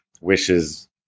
wishes